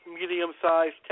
medium-sized